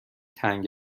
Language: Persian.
تنگ